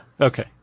Okay